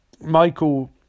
Michael